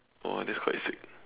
!wah! that's quite sick